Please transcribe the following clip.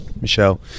Michelle